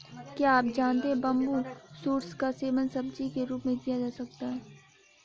क्या आप जानते है बम्बू शूट्स का सेवन सब्जी के रूप में किया जा सकता है?